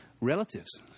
relatives